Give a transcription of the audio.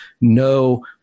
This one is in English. no